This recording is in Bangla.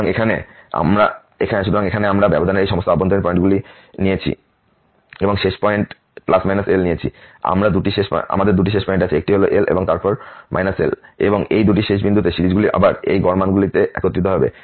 সুতরাং এখানে আমরা ব্যবধানের এই সমস্ত অভ্যন্তরীণ পয়েন্ট ইন্যেছি এবং শেষ পয়েন্ট ±L নিয়েছি আমাদের দুটি শেষ পয়েন্ট আছে একটি হল L এবং তারপর L এবং এই দুটি শেষ বিন্দুতে সিরিজগুলি আবার এই গড় মানগুলিতে একত্রিত হবে